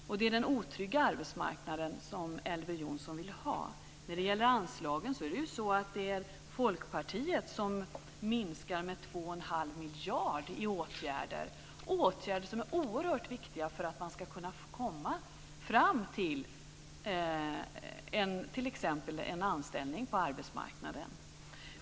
Och det är den otrygga arbetsmarknaden som Elver Jonsson vill ha. När det gäller anslagen är det så att det är Folkpartiet som minskar åtgärderna med två och en halv miljard kronor. Det handlar om åtgärder som är oerhört viktiga för att man ska kunna komma fram till t.ex. en anställning på arbetsmarknaden.